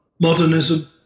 modernism